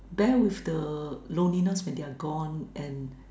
bear with the loneliness when they're gone and